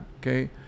okay